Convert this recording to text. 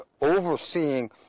overseeing